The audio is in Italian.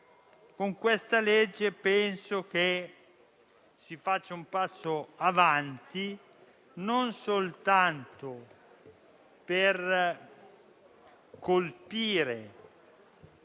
Con questa legge penso che si faccia un passo in avanti, non soltanto per colpire